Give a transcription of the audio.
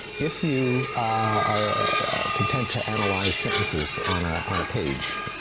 if you are content to analyze sentences on ah on a page,